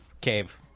cave